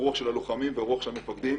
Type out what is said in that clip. רוח הלוחמים והמפקדים.